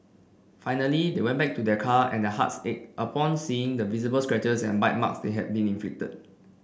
finally they went back to their car and hearts ached upon seeing the visible scratches and bite marks they had been inflicted